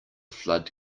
flood